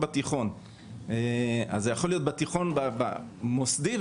אז זה יכול להיות בתיכון מוסדי,